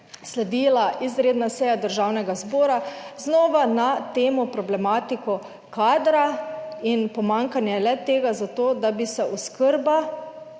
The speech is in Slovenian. sledila izredna seja Državnega zbora, znova na temo problematiko kadra in pomanjkanje le tega za to, da bi se oskrba